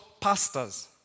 pastors